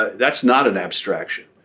that's not an abstraction.